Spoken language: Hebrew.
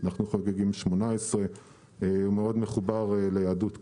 אנחנו חוגגים 18. הוא מאוד מחובר ליהדות קנדה,